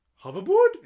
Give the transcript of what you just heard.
hoverboard